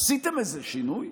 עשיתם איזה שינוי?